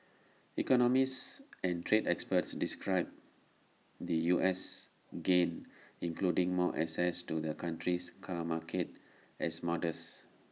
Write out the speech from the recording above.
economists and trade experts described the US's gains including more access to the country's car market as modest